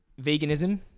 veganism